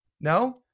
No